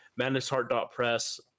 madnessheart.press